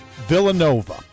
Villanova